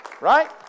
Right